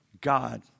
God